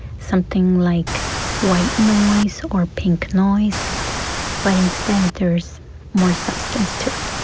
something like white noise or pink noise but instead there is more substance to it.